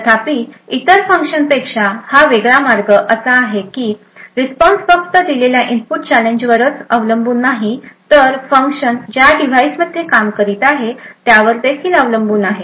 तथापि इतर फंक्शन्सपेक्षा हा वेगळा मार्ग असा आहे की रिस्पॉन्स फक्त दिलेल्या इनपुट चॅलेंजवरच अवलंबून नाही तर फंक्शन ज्या डिव्हाइसमध्ये काम करीत आहे त्यावर देखील अवलंबून आहे